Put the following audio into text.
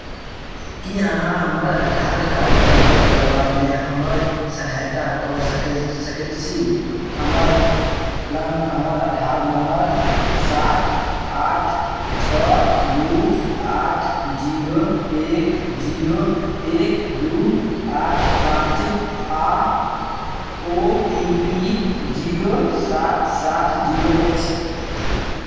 की अहाँ हमर Aadhaar card download करबामे हमर सहायता कऽ सकै सकैत छी हमर लग हमर आधार नम्बर सात आठ छओ दू आठ जीरो एक जीरो एक दू आठ पाँच आ ओ टी पी जीरो सात सात जीरो अछि